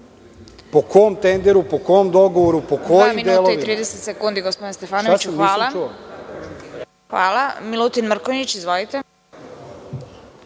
Po kom tenderu? Po kom dogovoru? Po kojim delovima?